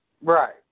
Right